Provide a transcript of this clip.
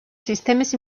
sistemes